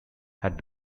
had